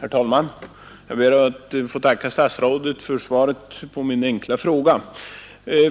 Herr talman! Jag ber att få tacka statsrådet för svaret på min enkla fråga.